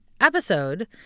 episode